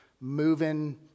moving